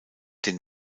den